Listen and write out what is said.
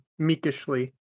meekishly